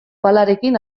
palarekin